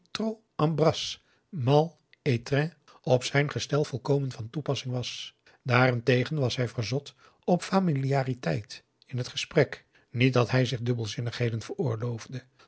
op zijn gestel volkomen van toepassing was daarentegen was hij verzot op familiariteit in het gesprek niet dat hij zich dubbelzinnigheden veroorloofde